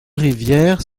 rivières